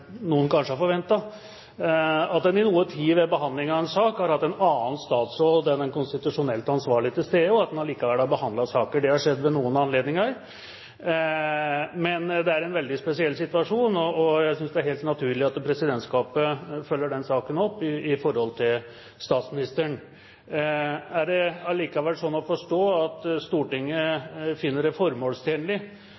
noen kanskje hadde forventet, at en i noen tid ved behandlingen av en sak har hatt en annen statsråd enn den konstitusjonelt ansvarlige til stede, og at en allikevel har behandlet saken. Men dette er en veldig spesiell situasjon, og jeg synes det er helt naturlig at presidentskapet følger opp saken overfor statsministeren. Er det likevel slik å forstå at Stortinget